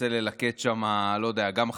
מנסה ללקט שם, לא יודע, גם חוויות,